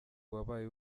wabaye